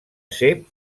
ser